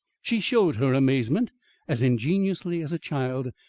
she showed her amazement as ingenuously as a child,